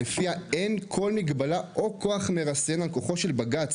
לפיה אין כל מגבלה או כוח מרסן על כוחו של בג״ץ,